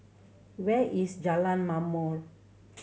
where is Jalan Ma'mor